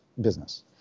business